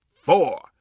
four